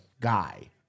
guy